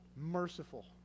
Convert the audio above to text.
merciful